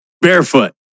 Barefoot